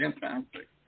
fantastic